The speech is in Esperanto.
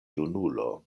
junulo